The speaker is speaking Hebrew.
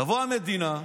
תבוא המדינה,